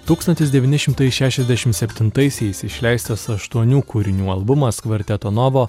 tūkstantis devyni šimtai šešiasdešim septintaisiais išleistas aštuonių kūrinių albumas kvarteto novo